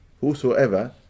whosoever